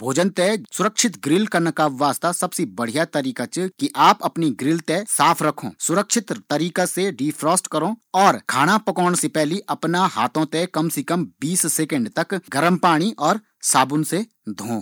भोजन ते सबसी बेहतरीन तरीका सी ग्रिल कन्ना का वास्ता सबसी सुरक्षित तरीका च कि आप अपनी ग्रिल से ते साफ करो साथ ही जु व्यक्ति भोजन पकोंणु या ग्रिल कन्नू च वू अपना हाथो ते साबुन बीस सेकंड तक धो।